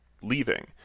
leaving